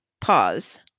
pause